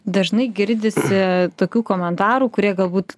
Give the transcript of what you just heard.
dažnai girdisi tokių komentarų kurie galbūt